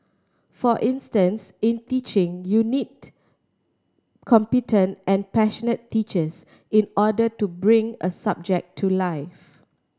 for instance in teaching you need competent and passionate teachers in order to bring a subject to life